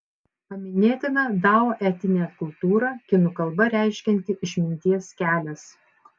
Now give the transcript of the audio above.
paminėtina dao etinė kultūra kinų kalba reiškianti išminties kelias